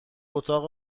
اتاق